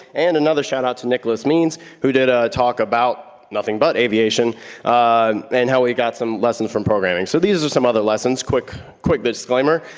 and another shout-out to nicholas miens, who did a talk about nothing but aviation and how he got some lessons from programming. so these are some other lessons, quick, quick disclaimer,